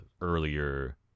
earlier